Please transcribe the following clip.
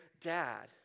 dad